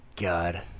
God